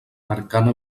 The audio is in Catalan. marcant